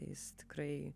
jis tikrai